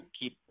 keep